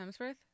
Hemsworth